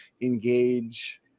engage